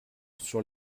sur